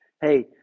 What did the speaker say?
Hey